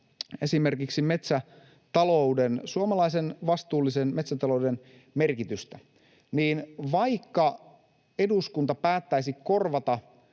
esimerkiksi suomalaisen vastuullisen metsätalouden merkitystä, niin vaikka eduskunta päättäisi korvata